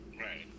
Right